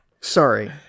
sorry